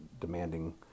demanding